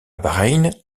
bahreïn